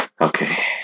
Okay